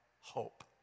hope